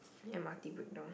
m_r_t breakdown